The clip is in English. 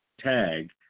tag